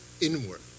inward